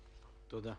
תודה.